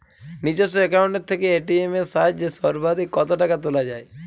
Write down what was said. নিজস্ব অ্যাকাউন্ট থেকে এ.টি.এম এর সাহায্যে সর্বাধিক কতো টাকা তোলা যায়?